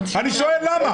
אני שואל למה.